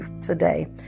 today